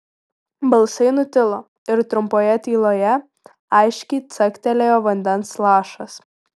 balsai nutilo ir trumpoje tyloje aiškiai caktelėjo vandens lašas